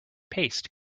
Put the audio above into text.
paste